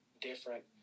different